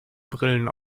brillen